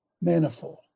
Manifold